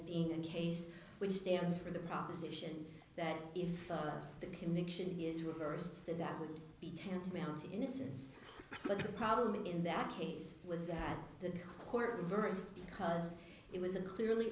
being a case which stands for the proposition that if the conviction is reversed that that would be tantamount to innocence but the problem in that case was that the court reversed because it was a clearly